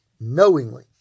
knowingly